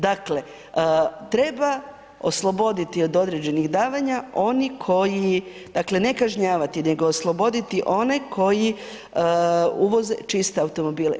Dakle, treba osloboditi od određenih davanja oni koji dakle, ne kažnjavati nego osloboditi one koji uvoze čiste automobile.